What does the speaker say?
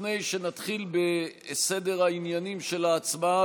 לפני שנתחיל בסדר העניינים של ההצבעה,